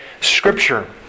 Scripture